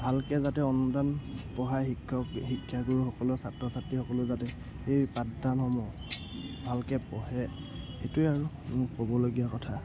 ভালকৈ যাতে অনুদান পঢ়াই শিক্ষক শিক্ষাগুৰুসকলেও ছাত্ৰ ছাত্ৰীসকলেও যাতে সেই পাঠদানসমূহ ভালকৈ পঢ়ে সেইটোৱে আৰু মোৰ ক'বলগীয়া কথা